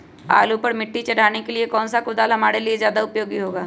आलू पर मिट्टी चढ़ाने के लिए कौन सा कुदाल हमारे लिए ज्यादा उपयोगी होगा?